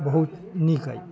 बहुत नीक अछि